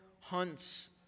hunts